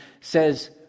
says